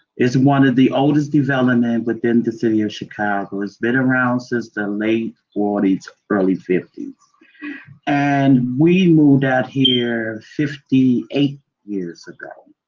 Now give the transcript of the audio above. it's one of the oldest developments within the city of chicago. it's been around since the late forty s, early fifty and we moved out here fifty eight years ago.